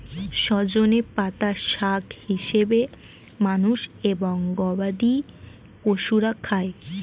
সজনে পাতা শাক হিসেবে মানুষ এবং গবাদি পশুরা খায়